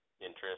interest